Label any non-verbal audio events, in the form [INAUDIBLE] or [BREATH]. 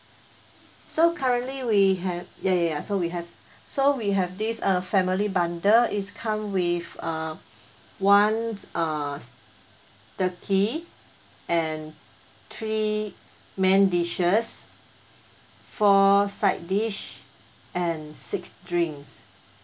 so currently we have ya ya ya so we have [BREATH] so we have this uh family bundled it's come with uh [BREATH] one uh s~ turkey and three main dishes four side dish and six drinks